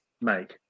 make